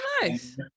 nice